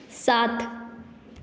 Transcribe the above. सात